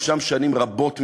הוא שם שנים רבות מדי.